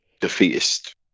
defeatist